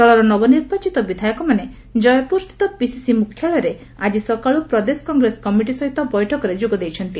ଦଳର ନବନିର୍ବାଚିତ ବିଧାୟକମାନେ ଜୟପୁର ସ୍ଥିତ ପିସିସି ମୁଖ୍ୟାଳୟରେ ଆଜି ସକାଳୁ ପ୍ରଦେଶ କଂଗ୍ରେସ କମିଟି ସହିତ ବୈଠକରେ ଯୋଗ ଦେଇଛନ୍ତି